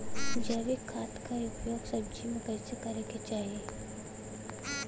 जैविक खाद क उपयोग सब्जी में कैसे करे के चाही?